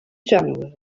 general